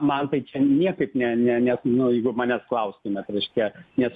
man tai čia niekaip ne ne ne nu jeigu manęs klaustumėt reiškia nes